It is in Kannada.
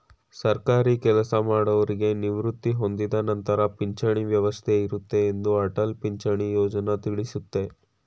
ಸರ್ಕಾರಿ ಕೆಲಸಮಾಡೌರಿಗೆ ನಿವೃತ್ತಿ ಹೊಂದಿದ ನಂತರ ಪಿಂಚಣಿ ವ್ಯವಸ್ಥೆ ಇರುತ್ತೆ ಎಂದು ಅಟಲ್ ಪಿಂಚಣಿ ಯೋಜ್ನ ತಿಳಿಸುತ್ತೆ